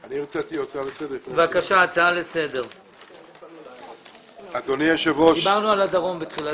ננעלה בשעה 10:27. 13 נובמבר 2018